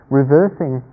reversing